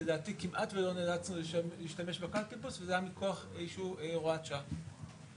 לדעתי כמעט ולא נאלצנו להשתמש בקלפיבוס וזה היה מכוח אישור הוראת שעה.